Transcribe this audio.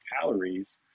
calories